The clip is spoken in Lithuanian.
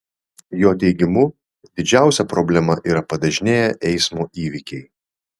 jo teigimu didžiausia problema yra padažnėję eismo įvykiai